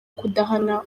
kudahana